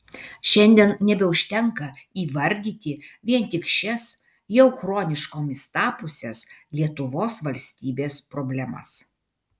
šiandien nebeužtenka įvardyti vien tik šias jau chroniškomis tapusias lietuvos valstybės problemas